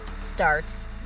Starts